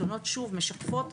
התלונות משקפות,